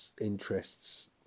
interests